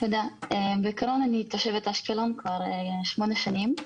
בעיקרון אני תושבת אשקלון כבר שמונה שנים.